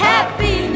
Happy